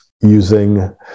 using